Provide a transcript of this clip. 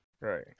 Right